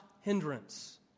hindrance